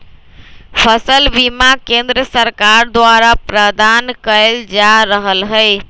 फसल बीमा केंद्र सरकार द्वारा प्रदान कएल जा रहल हइ